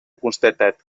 constatat